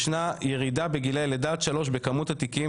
ישנה ירידה בגילאי לידה עד שלוש בכמות התיקים